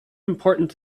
important